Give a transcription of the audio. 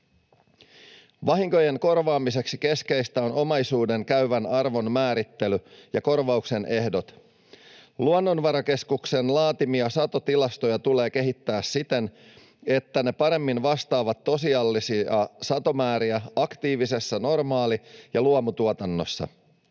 Vahinkojen korvaamiseksi keskeistä on omaisuuden käyvän arvon määrittely ja korvauksen ehdot. Luonnonvarakeskuksen laatimia satotilastoja tulee kehittää siten, että ne paremmin vastaavat tosiasiallisia satomääriä aktiivisessa normaali- ja luomutuotannossa.